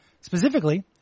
Specifically